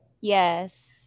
Yes